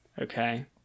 Okay